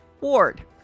Ward